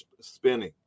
spinning